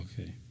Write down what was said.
Okay